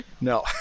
No